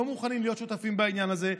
לא מוכנים להיות שותפים בעניין הזה.